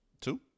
Two